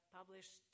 published